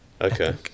Okay